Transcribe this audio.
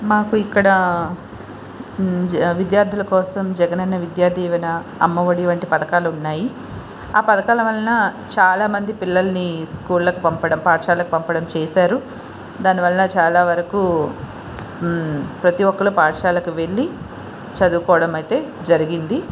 మాకు ఇక్కడ విద్యార్థుల కోసం జగనన్న విద్యా దీవెన అమ్మ ఒడి వంటి పథకాలు ఉన్నాయి ఆ పథకాల వలన చాలా మంది పిల్లలని స్కూళ్ళకి పంపడం పాఠశాలకు పంపడం చేసారు దాని వల్ల చాలా వరకు ప్రతీ ఒక్కరు పాఠశాలకు వెళ్ళి చదువుకోవడం అయితే జరిగింది